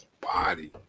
body